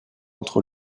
entre